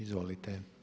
Izvolite.